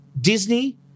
Disney